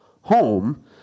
home